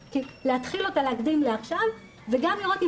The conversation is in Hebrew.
להתחיל אותה להקדים לעכשיו וגם לראות אם